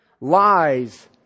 lies